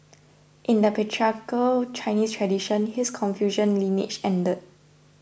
in the patriarchal Chinese tradition his Confucian lineage ended